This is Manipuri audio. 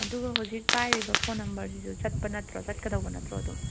ꯑꯗꯨꯒ ꯍꯧꯖꯤꯛ ꯄꯥꯏꯔꯤꯕ ꯐꯣꯟ ꯅꯝꯕꯔꯁꯤꯁꯨ ꯆꯠꯄ ꯅꯠꯇ꯭ꯔꯣ ꯆꯠꯀꯗꯧꯕ ꯅꯠꯇ꯭ꯔꯣ ꯑꯗꯨꯝ